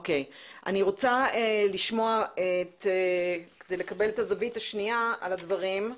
אני רוצה לשמוע זווית שנייה של הדברים.